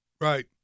right